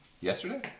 yesterday